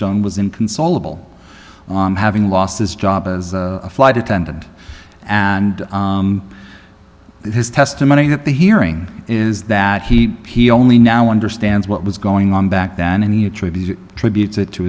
stone was inconsolable having lost his job as a flight attendant and his testimony at the hearing is that he he only now understands what was going on back then and the attribute t